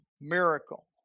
miracle